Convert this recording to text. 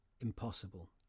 impossible